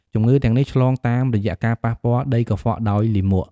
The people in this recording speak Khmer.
ជំងឺទាំងនេះឆ្លងតាមរយៈការប៉ះពាល់ដីកខ្វក់ដោយលាមក។